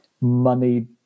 money